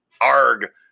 arg